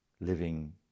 living